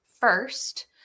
first